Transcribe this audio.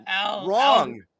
wrong